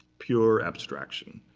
pure abstraction.